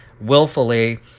willfully